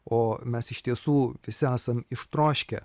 o mes iš tiesų visi esam ištroškę